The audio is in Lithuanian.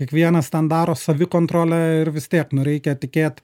kiekvienas ten daro savikontrolę ir vis tiek nu reikia tikėt